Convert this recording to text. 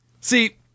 See